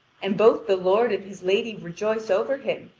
and both the lord and his lady rejoice over him,